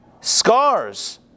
scars